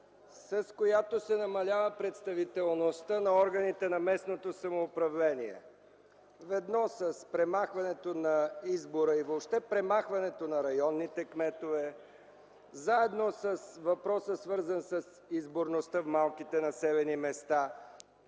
с която се намалява представителността на органите на местното самоуправление – ведно с премахването на избора и въобще премахването на районните кметове, заедно с въпроса, свързан с изборността в малките населени места.